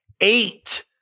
Eight